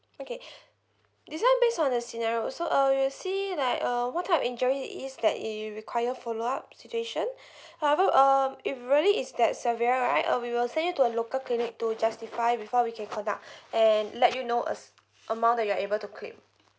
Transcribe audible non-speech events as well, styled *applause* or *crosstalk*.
okay *breath* this one based on the scenario also uh we'll see like uh what type of injury it is that is require follow up situation *breath* however um if really it's that severe right uh we will send you to a local clinic to justify before we can conduct *breath* and let you know us amount that you are able to claim